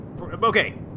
okay